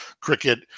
cricket